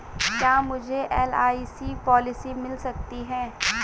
क्या मुझे LIC policy मिल सकती है?